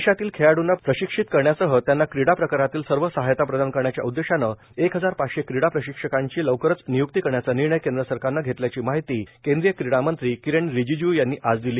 देशातील खेळाडूंना प्रशिक्षित करण्यासह त्यांना क्रीडा प्रकारातील सर्व सहाय्यता प्रदान करण्याच्या उददेशानं एक हजार पाचशे क्रीडा प्रशिक्षकांची लवकरच निय्क्ती करण्याचा निर्णय केंद्र सरकारनं धेतल्याची माहिती केंद्रीय क्रीडा मंत्री किरेण रिजीजू यांनी आज दिली